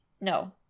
No